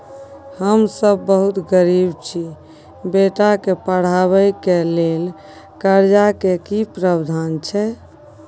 हम सब बहुत गरीब छी, बेटा के पढाबै के लेल कर्जा के की प्रावधान छै?